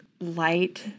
light